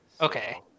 Okay